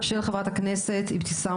של חברת הכנסת אבתיסאם